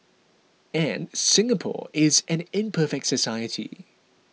and Singapore is an imperfect society